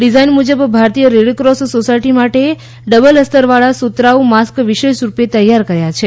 design મુજબ ભારતીય red cross society માટે ડબલ અસ્તરવાળા સુતરાઉ માસ્ક વિશેષ રૂપે તૈયાર કર્યા છે